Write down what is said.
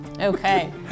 Okay